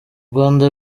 rwanda